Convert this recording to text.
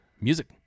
music